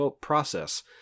process